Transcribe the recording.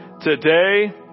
today